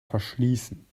verschließen